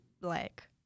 black